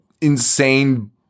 insane